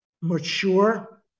mature